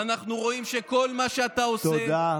ואנחנו רואים שכל מה שאתה עושה, תודה.